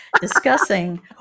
discussing